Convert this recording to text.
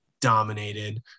Dominated